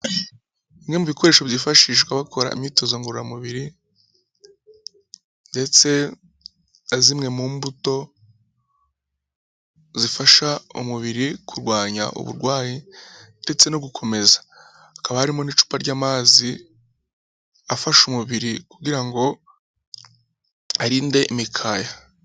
Bimwe mu bikoresho byifashishwa bakora imyitozo ngororamubiri ndetse na zimwe mu mbuto zifasha umubiri kurwanya uburwayi ndetse no gukomeza, hakaba harimo n'icupa ry'amazi afasha umubiri kugira ngo arinde imikaya.